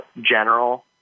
general